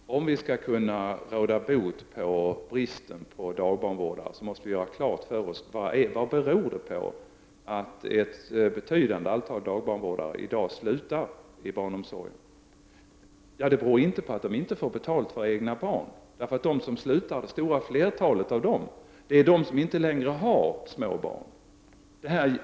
Herr talman! Om vi skall kunna råda bot på bristen på dagbarnvårdare, måste vi ha klart för oss vad det beror på att ett betydande antal dagbarnvårdare slutar i dag inom barnomsorgen. Det beror inte på att de inte får betalt för egna barn. Det stora flertalet av dem som slutar är de som inte längre har småbarn.